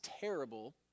terrible